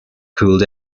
cooled